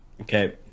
Okay